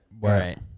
Right